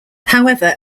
however